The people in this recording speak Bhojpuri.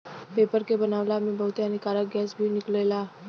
पेपर के बनावला में बहुते हानिकारक गैस भी निकलेला